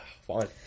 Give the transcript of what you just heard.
Fine